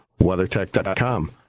WeatherTech.com